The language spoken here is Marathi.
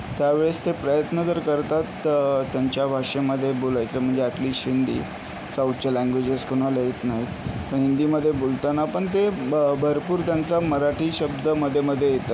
त्यावेळेस ते प्रयत्न तर करतात त्यांच्या भाषेमध्ये बोलायचा म्हणजे ॲट लीस्ट हिंदी साऊथच्या लँग्वेजेस कोणाला येत नाहीत पण हिंदीमध्ये बोलताना पण ते भरपूर त्यांचा मराठी शब्द मध्ये मध्ये येतात